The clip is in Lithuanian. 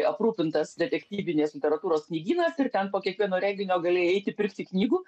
aprūpintas detektyvinės literatūros knygynas ir ten po kiekvieno renginio galėjai eiti pirkti knygų